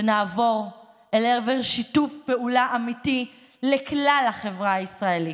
ונעבור לעבר שיתוף פעולה אמיתי לכלל החברה הישראלית,